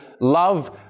love